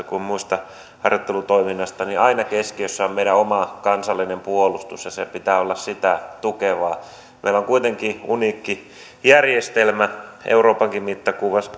kuin muusta harjoittelutoiminnasta niin aina keskiössä on meidän oma kansallinen puolustus ja sen pitää olla sitä tukevaa meillä on kuitenkin uniikki järjestelmä euroopankin mittapuussa